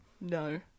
No